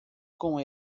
com